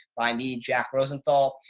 i need jack rosenthal.